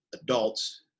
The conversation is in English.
adults